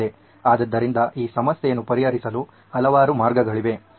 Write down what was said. ಆದ್ದರಿಂದ ಈ ಸಮಸ್ಯೆಯನ್ನು ಪರಿಹರಿಸಲು ಹಲವಾರು ಮಾರ್ಗಗಳಿವೆ